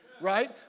right